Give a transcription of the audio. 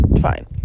Fine